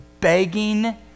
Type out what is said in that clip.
begging